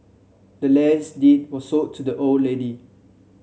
the land's deed was sold to the old lady